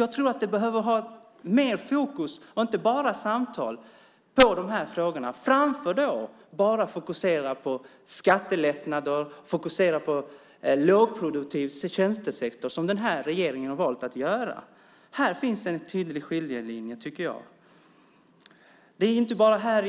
Jag tror att det behövs mer fokus och inte bara samtal när det gäller de här frågorna framför att bara fokusera på skattelättnader och lågproduktiv tjänstesektor som den här regeringen har valt att göra. Här finns en tydlig skiljelinje, tycker jag. Det är inte bara